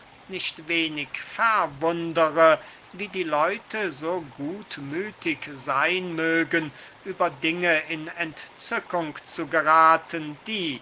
nicht wenig verwundere wie die leute so gutmüthig seyn mögen über dinge in entzückung zu gerathen die